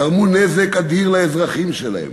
גרמו נזק אדיר לאזרחים שלהן.